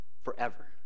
forever